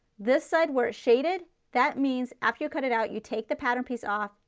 this side, we are shaded, that means after you cut it out, you take the pattern piece off,